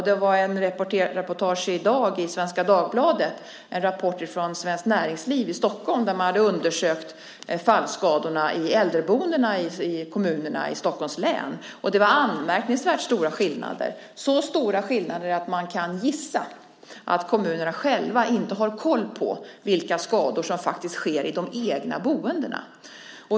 Det var i Svenska Dagbladet i dag en rapport från Svenskt Näringsliv i Stockholm, som hade undersökt fallskadorna i äldreboenden i kommunerna i Stockholms län. Det var anmärkningsvärt stora skillnader, så stora skillnader att man kan gissa att kommunerna själva inte har koll på vilka skador som faktiskt sker i hemmen.